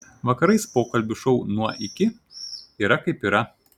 vakarais pokalbių šou nuo iki yra kaip yra